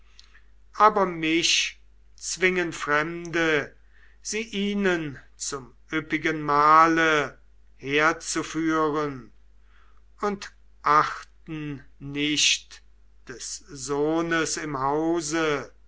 aber mich zwingen fremde sie ihnen zum üppigen mahle herzuführen und achten nicht des sohnes im hause